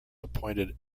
appointed